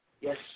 yes